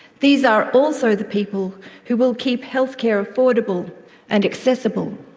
these are also the people who will keep healthcare affordable and accessible.